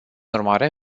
urmare